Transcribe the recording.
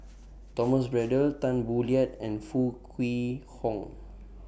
Thomas Braddell Tan Boo Liat and Foo Kwee Horng